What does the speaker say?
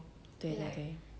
对对对